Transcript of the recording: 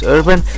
Urban